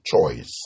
choice